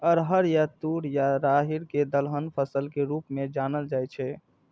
अरहर या तूर या राहरि कें दलहन फसल के रूप मे जानल जाइ छै